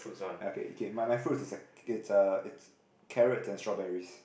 okay okay my my fruit is a is a is carrot and strawberries